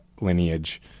lineage